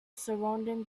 surrounding